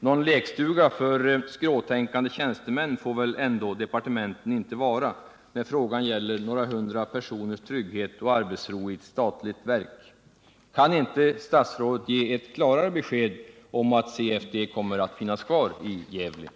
Någon lekstuga för skråtänkande tjänstemän får väl ändå departementen inte vara när frågan gäller några hundra personers trygghet och arbetsro i ett statligt verk. Kan inte statsrådet ge ett klarare besked om att CFD kommer att finnas kvar i Gävle?